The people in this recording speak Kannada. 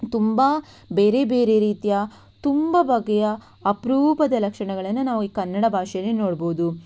ತುಂಬ ಬೇರೆ ಬೇರೆ ರೀತಿಯ ತುಂಬ ಬಗೆಯ ಅಪರೂಪದ ಲಕ್ಷಣಗಳನ್ನು ನಾವು ಈ ಕನ್ನಡ ಭಾಷೆಯಲ್ಲಿ ನೋಡಬಹುದು